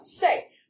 say